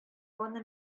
аны